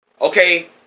Okay